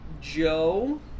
Joe